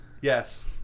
Yes